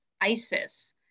ISIS